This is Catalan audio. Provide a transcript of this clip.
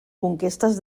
conquestes